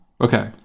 Okay